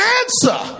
answer